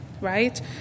right